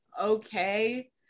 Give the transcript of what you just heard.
okay